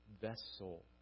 vessel